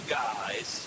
guys